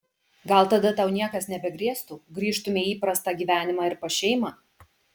gal tada tau niekas nebegrėstų grįžtumei į įprastą gyvenimą ir pas šeimą